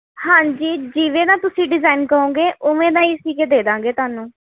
ਹਾਂਜੀ ਜਿਵੇਂ ਦਾ ਤੁਸੀਂ ਡਿਜ਼ਾਇਨ ਕਹੋਂਗੇ ਉਵੇਂ ਦਾ ਹੀ ਸੀਅ ਕੇ ਦੇ ਦੇਵਾਂਗੇ ਤੁਹਾਨੂੰ